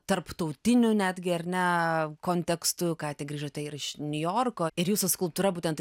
tarptautiniu netgi ar ne kontekstu ką tik grįžote ir iš niujorko ir jūsų skulptūra būtent